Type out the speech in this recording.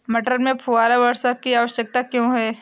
मटर में फुहारा वर्षा की आवश्यकता क्यो है?